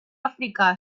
àfrica